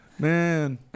Man